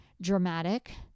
dramatic